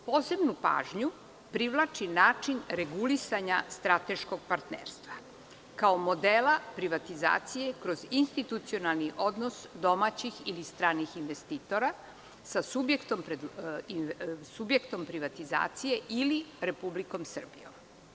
Posebnu pažnju privlači način regulisanja strateškog partnerstva kao modela privatizacije kroz institucionalni odnos domaćih ili stranih investitora sa subjektom privatizacije ili Republikom Srbijom.